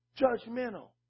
judgmental